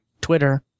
Twitter